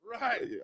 Right